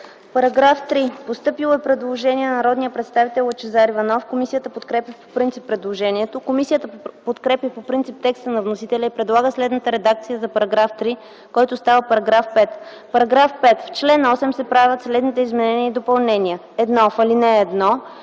Параграф 3. Постъпило е предложение на народния представител Лъчезар Иванов. Комисията подкрепя по принцип предложението. Комисията подкрепя по принцип текста на вносителя и предлага следната редакция за § 3, който става § 5: „§ 5. В чл. 8 се правят следните изменения и допълнения: 1. В ал.